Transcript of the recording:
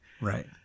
Right